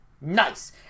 nice